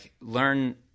learn